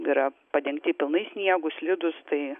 yra padengti pilnai sniegu slidūs tai